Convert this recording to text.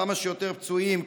כמה שיותר פצועים,